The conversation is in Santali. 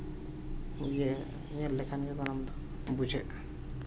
ᱡᱮ ᱧᱮᱞ ᱞᱮᱠᱷᱟᱱ ᱜᱮ ᱜᱚᱱᱚᱝ ᱫᱚ ᱵᱩᱡᱷᱟᱹᱜᱼᱟ